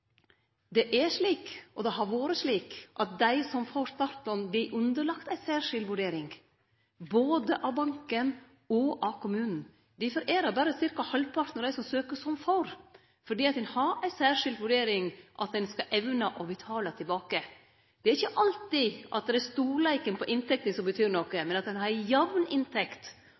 Det er slik – og det har vore slik – at dei som får startlån, vert underlagde ei særskild vurdering, både av banken og av kommunen. Difor er det berre ca. halvparten av dei som søkjer, som får, for ein har ei særskild vurdering; ein skal evne å betale tilbake. Det er ikkje alltid at det er storleiken på inntekta som betyr noko, men at ein har ei jamn inntekt.